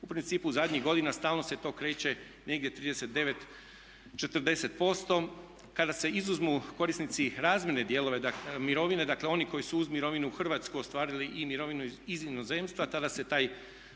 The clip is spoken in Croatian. u principu zadnjih godina stalno se to kreće negdje 39, 40%. Kada se izuzmu korisnici razmjerne mirovine, dakle oni koji su uz mirovinu u Hrvatskoj ostvarili i mirovinu iz inozemstva tada se taj